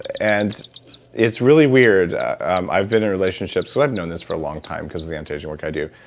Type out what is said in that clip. and it's really weird. and i've been in relationships. so i've known this for a long time, because of the anti-aging work i do.